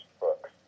books